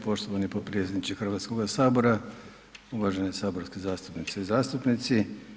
Poštovani potpredsjedniče Hrvatskoga sabora, uvažene saborske zastupnice i zastupnici.